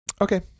Okay